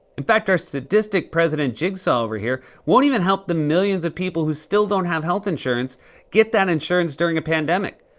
in fact, our sadistic president jigsaw over here won't even help the millions of people who still don't have health insurance get that insurance during a pandemic.